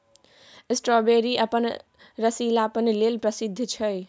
strawberry अपन रसीलापन लेल प्रसिद्ध छै